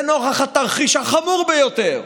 זה, נוכח התרחיש החמור ביותר,